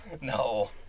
No